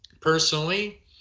Personally